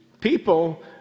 people